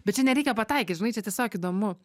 bet čia nereikia pataikyt žinai čia tiesiog įdomu